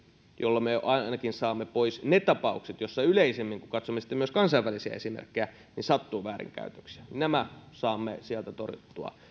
jolla me ainakin saamme pois ne tapaukset joissa yleisimmin kun katsomme myös kansainvälisiä esimerkkejä sattuu väärinkäytöksiä nämä saamme sieltä torjuttua